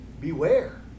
Beware